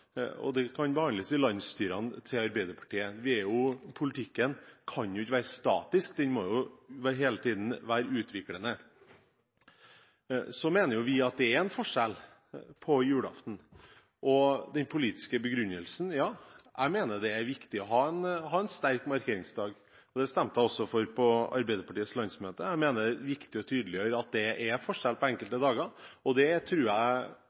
ikke være statisk, den må hele tiden være i utvikling. Vi mener at det er en forskjell på julaften og andre dager – og med en politisk begrunnelse. Jeg mener det er viktig å ha en sterk markeringsdag. Det stemte jeg også for på Arbeiderpartiets landsmøte. Jeg mener det er viktig å tydeliggjøre at det er forskjell på enkelte dager. Jeg tror det